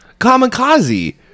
Kamikaze